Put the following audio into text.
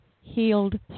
Healed